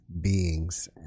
beings